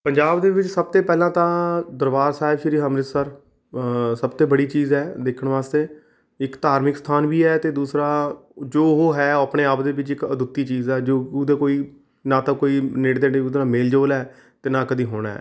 ਪੰਜਾਬ ਦੇ ਵਿੱਚ ਸਭ ਤੋਂ ਪਹਿਲਾਂ ਤਾਂ ਦਰਬਾਰ ਸਾਹਿਬ ਸ਼੍ਰੀ ਅੰਮ੍ਰਿਤਸਰ ਸਭ ਤੋਂ ਬੜੀ ਚੀਜ਼ ਹੈ ਦੇਖਣ ਵਾਸਤੇ ਇੱਕ ਧਾਰਮਿਕ ਸਥਾਨ ਵੀ ਹੈ ਅਤੇ ਦੂਸਰਾ ਜੋ ਉਹ ਹੈ ਉਹ ਆਪਣੇ ਆਪ ਦੇ ਵਿੱਚ ਇੱਕ ਅਦੁੱਤੀ ਚੀਜ਼ ਹੈ ਜੋ ਉਹਦਾ ਕੋਈ ਨਾ ਤਾਂ ਕੋਈ ਨੇੜੇ ਤੇੜੇ ਕੋਈ ਉਹਦਾ ਮੇਲ ਜੋਲ ਹੈ ਅਤੇ ਨਾ ਕਦੀ ਹੋਣਾ ਹੈ